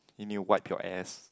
you need to wipe your ass